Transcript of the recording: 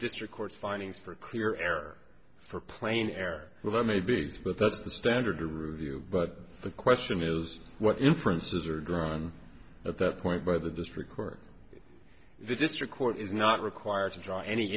district court's findings for clear air for plane air well that may be but that's the standard ruse you but the question is what inferences are drawn at that point by the district court the district court is not required to draw any